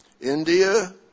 India